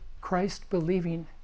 Christ-believing